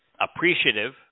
appreciative